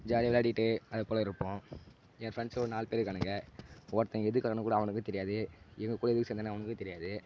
ஜாலியாக விளையாடிகிட்டு அதுபோல இருப்போம் என் ஃப்ரெண்ட்ஸு ஒரு நாலு பேர் இருக்கானுங்க ஒருத்தன் எதுக்கு இருக்கான்னு கூட அவனுக்கே தெரியாது இவன் கூட எதுக்கு சேர்ந்தனு அவனுக்கும் தெரியாது